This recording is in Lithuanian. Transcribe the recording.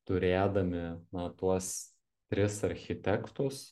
turėdami na tuos tris architektus